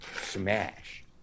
smash